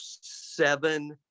seven